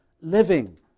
living